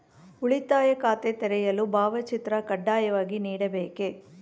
ಉಳಿತಾಯ ಖಾತೆ ತೆರೆಯಲು ಭಾವಚಿತ್ರ ಕಡ್ಡಾಯವಾಗಿ ನೀಡಬೇಕೇ?